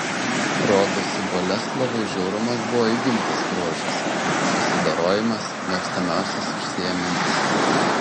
rodosi boleslovui žiaurumas buvo įgimtas bruožas susidorojimas mėgstamiausias užsiėmimas